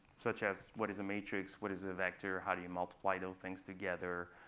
such as, what is a matrix, what is a vector, how do you multiply those things together,